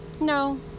no